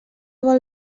vol